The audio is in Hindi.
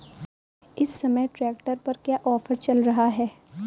इस समय ट्रैक्टर पर क्या ऑफर चल रहा है?